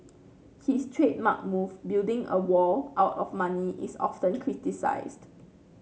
his trademark move building a wall out of money is often criticised